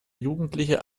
jugendliche